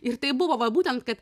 ir tai buvo va būtent kad